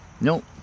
Nope